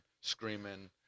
screaming